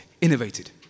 innovated